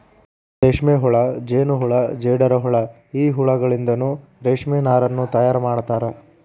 ರೇಷ್ಮೆಹುಳ ಜೇನಹುಳ ಜೇಡರಹುಳ ಈ ಹುಳಗಳಿಂದನು ರೇಷ್ಮೆ ನಾರನ್ನು ತಯಾರ್ ಮಾಡ್ತಾರ